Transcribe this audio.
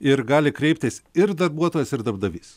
ir gali kreiptis ir darbuotojas ir darbdavys